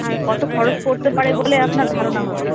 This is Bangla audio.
আর কতো খরচ পড়তে পারে বলে আপনার ধারণা হয়